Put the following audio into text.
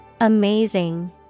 Amazing